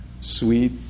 sweet